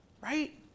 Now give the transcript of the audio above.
right